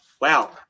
wow